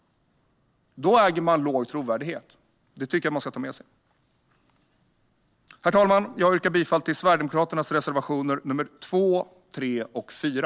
Därför äger de låg trovärdighet, och det tycker jag att de ska ta med sig. Herr talman! Jag yrkar bifall till Sverigedemokraternas reservationer nr 2, 3 och 4.